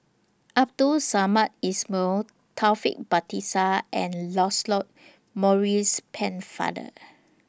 Abdul Samad Ismail Taufik Batisah and Lancelot Maurice Pennefather